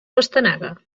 pastanaga